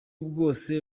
bwose